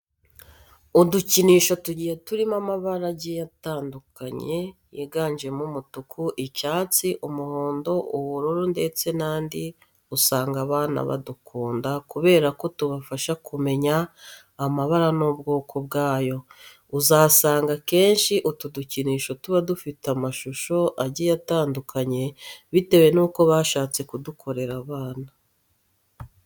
Udukinisho tugiye turimo amabara agiye atandukanye yiganjemo umutuku, icyatsi, umuhondo, ubururu ndetse n'andi usanga abana badukunda kubera ko tubafasha kumenya amabara n'ubwoko bwayo. Uzasanga akenshi utu dukinisho tuba dufite amashushusho agiye atandukanye bitewe n'uko bashatse kudukorera abana.